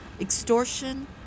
extortion